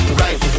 right